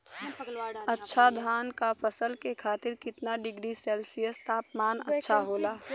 अच्छा धान क फसल के खातीर कितना डिग्री सेल्सीयस तापमान अच्छा होला?